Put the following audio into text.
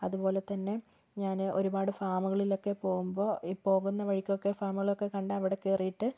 അതുപോലെതന്നെ ഞാൻ ഒരുപാട് ഫാമുകളിലൊക്കെ പോകുമ്പോൾ ഈ പോകുന്ന വഴിക്കൊക്കെ ഫാമുകളൊക്കെ ഒക്കെ കണ്ടാൽ അവിടെ കയറിയിട്ട്